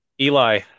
Eli